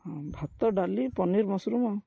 ହଁ ଭାତ ଡାଲି ପନିର ମସରୁମ ଆଉ